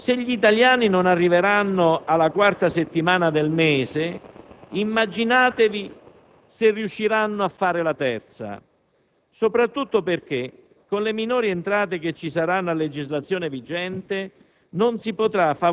drammatico e a tinte fosche. Segli italiani non arrivavano alla quarta settimana del mese, immaginatevi se riusciranno a fare la terza.